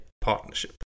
Partnership